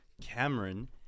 Cameron